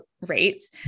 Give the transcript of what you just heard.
rates